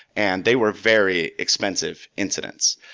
and they were very expensive incidents.